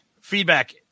feedback